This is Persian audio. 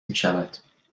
میشود